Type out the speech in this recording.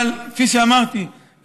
אבל כפי שאמרתי,